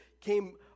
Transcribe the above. came